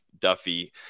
Duffy